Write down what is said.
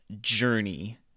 journey